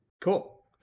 Cool